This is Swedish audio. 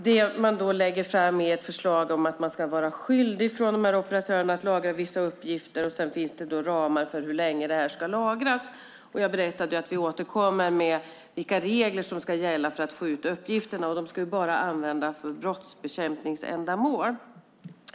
Det man lägger fram är ett förslag om att operatörerna ska vara skyldiga att lagra vissa uppgifter, och sedan finns det ramar för hur länge de ska lagras. Jag berättade att vi återkommer med vilka regler som ska gälla för att få ut uppgifterna, och de ska bara användas för brottsbekämpningsändamål.